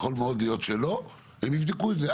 יכול מאוד להיות שלא, הם יבדקו את זה.